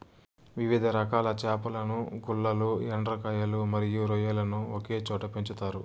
వివిధ రకాల చేపలను, గుల్లలు, ఎండ్రకాయలు మరియు రొయ్యలను ఒకే చోట పెంచుతారు